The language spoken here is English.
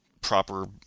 proper